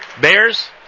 Bears